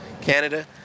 Canada